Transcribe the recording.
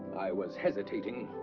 i was hesitating.